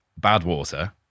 Badwater